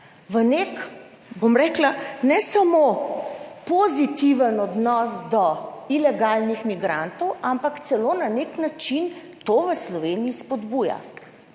v nek, bom rekla, ne samo pozitiven odnos do ilegalnih migrantov, ampak celo na nek način to v Sloveniji spodbuja.